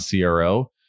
CRO